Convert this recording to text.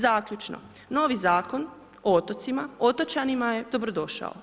Zaključno, novi Zakon o otocima otočanima je dobrodošao.